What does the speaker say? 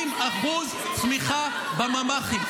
50% צמיחה בממ"חים,